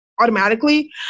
automatically